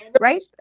right